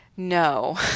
No